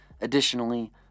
additionally